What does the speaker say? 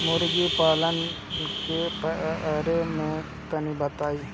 मुर्गी पालन के बारे में तनी बताई?